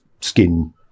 skin